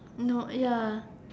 no ya